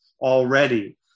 already